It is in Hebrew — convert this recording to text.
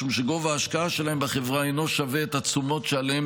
משום שגובה ההשקעה שלהם בחברה אינו שווה את התשומות שעליהם